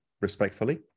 respectfully